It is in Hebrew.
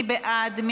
מי בעד?